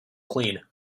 clean